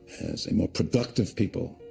as a more productive people.